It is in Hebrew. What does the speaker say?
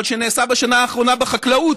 אבל שנעשה בשנה האחרונה בחקלאות,